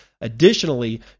Additionally